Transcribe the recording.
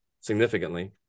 significantly